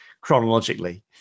chronologically